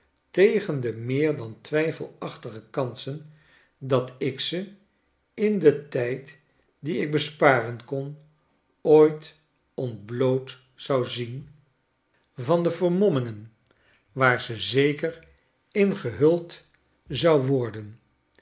tegen de meer dan twijfelachtige kansen dat ik ze in den tijd dien ik besparen kon ooit ontbloot zou zien van de schetsen uit amerika vermommingen waar ze zeker in gehuld zou worden